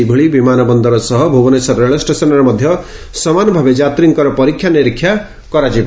ସେହିଭଳି ବିମାନବନ୍ଦର ସହ ଭୁବନେଶ୍ୱର ରେଳଷ୍ଟେସନରେ ମଧ୍ଧ ସମାନ ଭାବେ ଯାତୀଙ୍କର ପରୀକ୍ଷାନିରୀକ୍ଷା କରାଯିବ